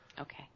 Okay